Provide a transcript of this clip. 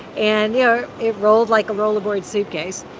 and, you know, it rolled like a rollaboard suitcase.